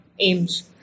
aims